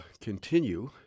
continue